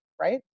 Right